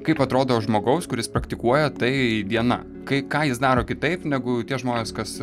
kaip atrodo žmogaus kuris praktikuoja tai diena kai ką jis daro kitaip negu tie žmonės kas